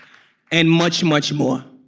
and much, much more.